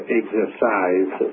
exercise